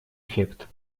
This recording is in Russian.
эффект